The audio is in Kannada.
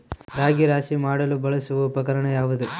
ರಾಗಿ ರಾಶಿ ಮಾಡಲು ಬಳಸುವ ಉಪಕರಣ ಯಾವುದು?